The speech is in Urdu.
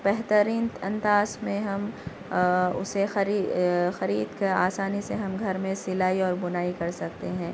بہترین انداز میں ہم اسے خرید کے آسانی سے ہم گھر میں سلائی اور بنائی کر سکتے ہیں